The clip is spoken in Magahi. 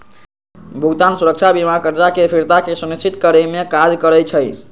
भुगतान सुरक्षा बीमा करजा के फ़िरता के सुनिश्चित करेमे काज करइ छइ